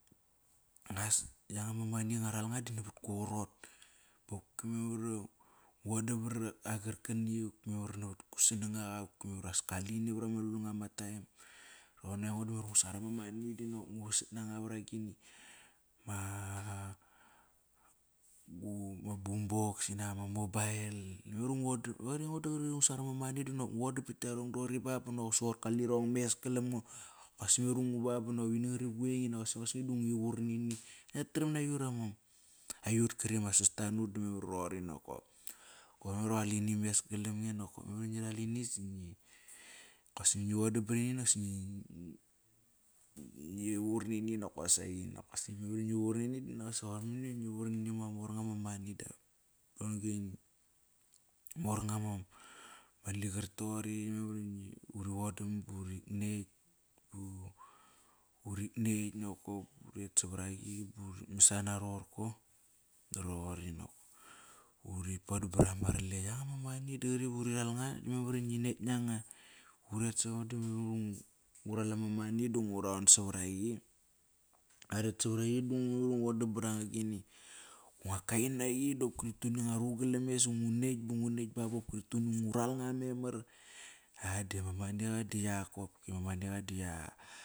Ngas yanga ma money ngaral nga di navat ku qarot. Baqopki memar iva ngu vodam pat karkani qopki memar iva navat ku sarangaqa qopki memar ivas kalini vra ma lulunga ma time. Roqon aingo di memar iva ngu sangar ama money di nop ngu vasat nanga vra gini, ma boom box inak ama mobile. qri va ngu sangar ama money dinop ngu vodam vat yarong doqori ba banasi qoir kalirong mes kalam ngo. Kosi memar iva bini ngari gueng nosi osngi di ngu ivur nini. Ngat taram naiyut ama aiyut qri a ma sasta nut di memar iva roqori nokop. Koir memar iva qalini mes galam nge nokop memar iva ngi ral ini si ikosi ngi vodabrini kos ngi vur nini nokosaqi. qoir money va ngi vur nini varama mornga ma money. mornga ma ligar toqori memar ivu ri vodam burik netk. urik netk nokop. Uret savaraqi ba urit masana roqorko da raqori nokop. Urit podam parama rle yanga ma money da qri vuri ralnga di memar ive ngi netk nanga. Memar iva ngu ral ama money di ngu raon savaraqi. Nga ret savaraqi di memar iva ngu vodabranga gini. Gunga kainaqi dopki ri tuqum i ngua rugalames i ngu netk ba ngu netk ba bopki ri tuqum i ngu ralnga memar. Ai di ama maniqa di yak kopk ama maniqa di a.